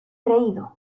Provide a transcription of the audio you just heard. creído